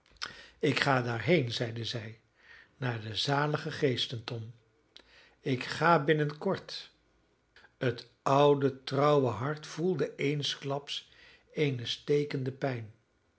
ik ga daarheen zeide zij naar de zalige geesten tom ik ga binnenkort het oude trouwe hart voelde eensklaps eene stekende pijn